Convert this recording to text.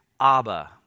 Abba